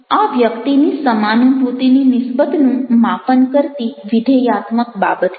આ વ્યક્તિની સમાનુભૂતિની નિસ્બતનું માપન કરતી વિધેયાત્મક બાબત છે